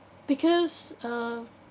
because uh